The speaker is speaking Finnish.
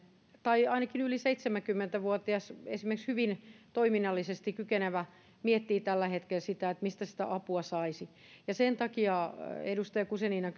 tai ainakin yli seitsemänkymmentä vuotias esimerkiksi toiminnallisesti hyvin kykenevä miettii tällä hetkellä sitä mistä sitä apua saisi sen takia edustaja guzeninan